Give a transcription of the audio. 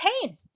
pain